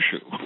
issue